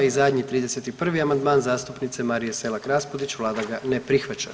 I zadnji 31. amandman zastupnice Marije Selak Raspudić, vlada ga ne prihvaća.